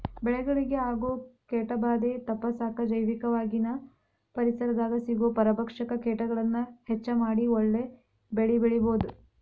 ಬೆಳೆಗಳಿಗೆ ಆಗೋ ಕೇಟಭಾದೆ ತಪ್ಪಸಾಕ ಜೈವಿಕವಾಗಿನ ಪರಿಸರದಾಗ ಸಿಗೋ ಪರಭಕ್ಷಕ ಕೇಟಗಳನ್ನ ಹೆಚ್ಚ ಮಾಡಿ ಒಳ್ಳೆ ಬೆಳೆಬೆಳಿಬೊದು